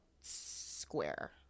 square